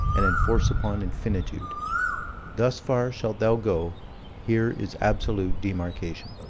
and enforce upon infinitude thus far shalt thou go here is absolute demarcation.